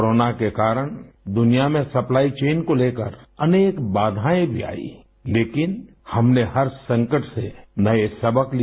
corona के कारण दुनिया में सप्लाई चेन को लेकर अनेक बाधाएं भी आईं लेकिन हमने हर संकट से नए सबक लिए